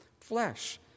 flesh